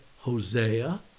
Hosea